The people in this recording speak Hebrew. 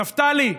נפתלי,